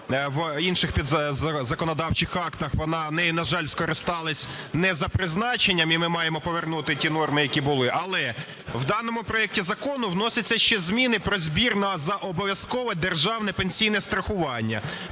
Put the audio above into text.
в інших законодавчих актах, нею, на жаль, скористались не за призначенням, і ми маємо повернути ті норми, які були. Але в даному проекті закону вносяться ще зміни про збір на обов'язкове державне пенсійне страхування.